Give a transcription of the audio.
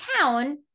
town